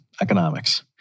economics